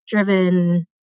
driven